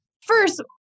first